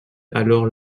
alors